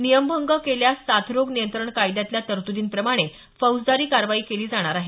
नियमभंग केल्यास साथ रोग नियंत्रण कायद्यातल्या तरतुदींप्रमाणे फौजदारी कारवाई केली जाणार आहे